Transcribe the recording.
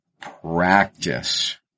practice